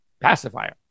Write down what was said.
pacifier